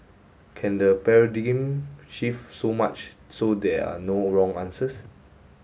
can the paradigm shift so much so there are no wrong answers